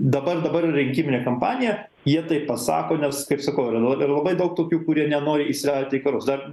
dabar dabar yra rinkiminė kampanija jie taip pasako nes kaip sakau yra labai daug tokių kurie nenori įsivelti į karus dar